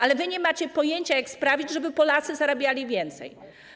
Ale wy nie macie pojęcia, jak sprawić, żeby Polacy zarabiali więcej.